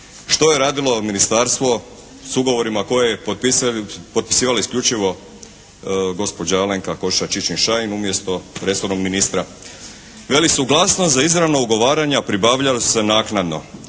što je radilo ministarstvo s ugovorima koje je potpisivala isključivo gospođa Alenka Košiša Čičin-Šain umjesto resornog ministra. Veli, suglasnost za izravno ugovaranje pribavljalo se naknadno.